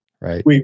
right